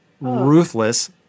ruthless